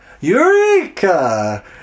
Eureka